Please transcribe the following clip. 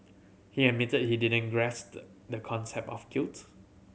he admitted he didn't grasp the concept of guilt